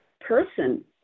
person